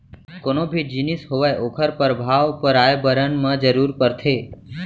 कोनो भी जिनिस होवय ओखर परभाव परयाबरन म जरूर परथे